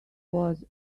was